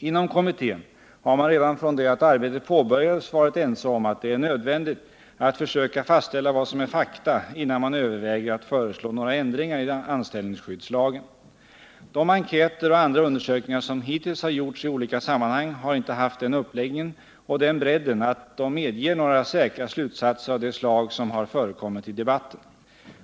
Inom kommittén har man redan från det att arbetet påbörjades varit ense om att det är nödvändigt att försöka fastställa vad som är fakta, innan man överväger att föreslå några ändringar i anställningsskyddslagen. De enkäter och andra undersökningar som hittills har gjorts i olika sammanhang har inte haft den uppläggningen och den bredden att de medger några säkra slutsatser av det slag som har förekommit i debatten.